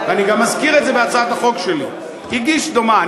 אני גם מזכיר את זה בהצעת החוק שלי, הגישה דומה.